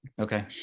Okay